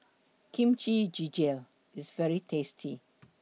Kimchi Jjigae IS very tasty